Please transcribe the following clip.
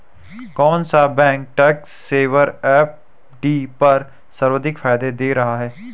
कौन सा bank tax saver FD पर सर्वाधिक फायदा दे रहा है?